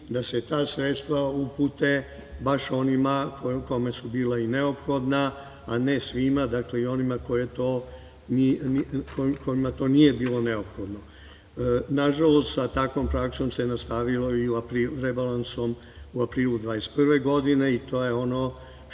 da se ta sredstva upute baš onima kome su bila i neophodna, a ne svima, dakle i onima kojima to nije bilo neophodno. Nažalost, sa takvom praksom se nastavilo rebalansom u aprilu 2021. godine i to je ono što